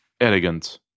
elegant